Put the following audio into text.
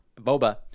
boba